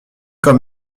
quand